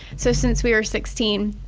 so since we were sixteen.